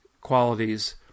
qualities